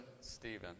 Stephen